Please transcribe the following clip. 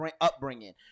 upbringing